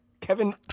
Kevin